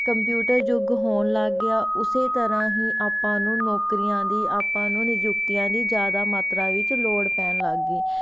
computer ਯੁੱਗ ਹੋਣ ਲੱਗ ਗਿਆ ਉਸੇ ਤਰ੍ਹਾਂ ਹੀ ਆਪਾਂ ਨੂੰ ਨੌਕਰੀਆਂ ਦੀ ਆਪਾਂ ਨੂੰ ਨਿਯੁਕਤੀਆਂ ਦੀ ਜ਼ਿਆਦਾ ਮਾਤਰਾ ਵਿੱਚ ਲੋੜ ਪੈਣ ਲੱਗ ਗਈ